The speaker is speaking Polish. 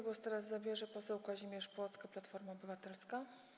Głos teraz zabierze poseł Kazimierz Plocke, Platforma Obywatelska.